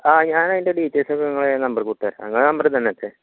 ആ ഞാൻ അതിൻ്റെ ഡീറ്റെയിൽസ് ഒക്കെ നിങ്ങളുടെ നമ്പറിൽ കൊടുത്തേക്കാം ഈ നമ്പറിൽ തന്നെ അല്ലേ